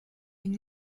une